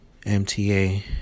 MTA